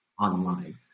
online